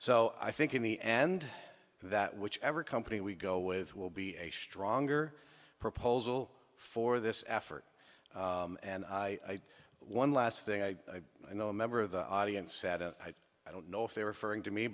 so i think in the end that whichever company we go with will be a stronger proposal for this effort and i one last thing i know a member of the audience said i don't know if they're referring to me